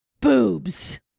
Boobs